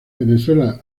venezuela